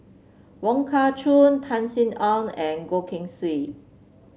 Wong Kah Chun Tan Sin Aun and Goh Keng Swee